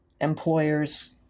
employers